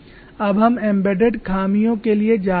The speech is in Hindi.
अब हम एम्बेडेड खामियों के लिए जा रहे हैं